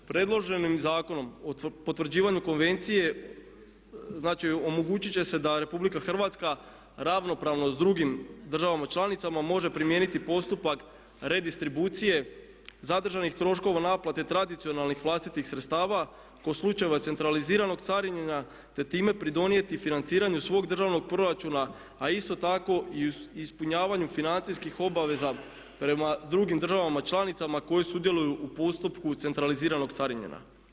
Predloženim zakonom o potvrđivanju konvencije, znači omogućiti će se da RH ravnopravno sa drugim državama članicama može primijeniti postupak redistribucije zadržanih troškova naplate tradicionalnih vlastitih sredstava kod slučajeva centraliziranog carinjenja te time pridonijeti financiranju svog državnog proračuna a isto tako i ispunjavanju financijskih obaveza prema drugim državama članicama koje sudjeluju u postupku centraliziranog carinjenja.